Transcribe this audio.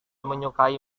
menyukai